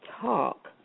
talk